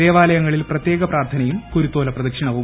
ദേവാലയങ്ങളിൽ പ്രത്യേക പ്രാർത്ഥനയും കുരുത്തോല പ്രദക്ഷിണവും